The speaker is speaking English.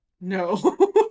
No